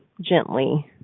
gently